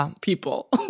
people